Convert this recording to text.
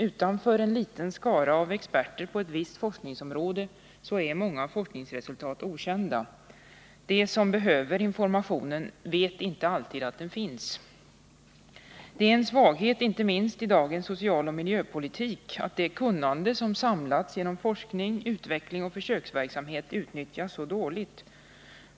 Utanför en liten skara experter på ett visst forskningsområde är många forskningsresultat okända. De som behöver informationen vet inte alltid om att den finns. Det är en svaghet, inte minst i dagens socialoch miljöpolitik, att det kunnande som samlas genom forskning, utveckling och försöksverksamhet utnyttjas så dåligt.